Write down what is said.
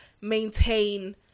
maintain